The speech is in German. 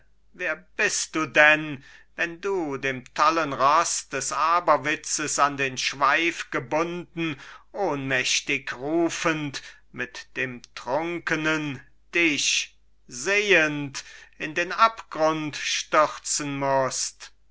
wer bist du denn wenn du dem tollen roß des aberwitzes an den schweif gebunden ohnmächtig rufend mit dem trunkenen dich sehend in den abgrund stürzen mußt